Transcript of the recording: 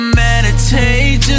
meditate